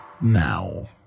now